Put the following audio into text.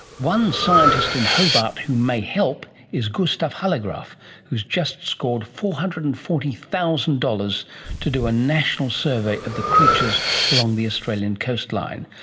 one scientist in hobart who may help is gustaaf hallegraeff who has just scored four hundred and forty thousand dollars to do a national survey of the creatures along the australian coastline.